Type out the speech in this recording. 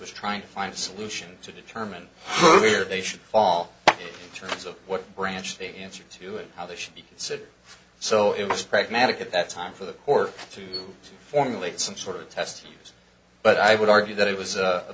was trying to find a solution to determine where they should fall terms of what branch they answer to it how they should be considered so it was pragmatic at that time for the court to formulate some sort of test but i would argue that it was a